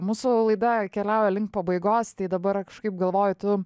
mūsų laida keliauja link pabaigos tai dabar kažkaip galvoju tu